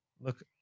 Look